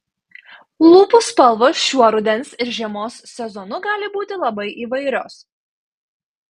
lūpų spalvos šiuo rudens ir žiemos sezonu gali būti labai įvairios